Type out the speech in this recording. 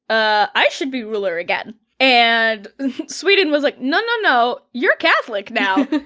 i should be ruler again and sweden was like, no, no, no, you're catholic now.